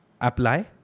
apply